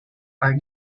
are